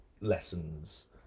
lessons